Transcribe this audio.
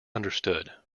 understood